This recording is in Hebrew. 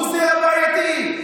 הוא הבעייתי.